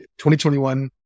2021